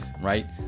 right